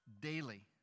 daily